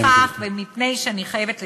אי לכך, ומפני שאני חייבת לסיים,